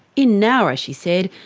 in nowra, she said,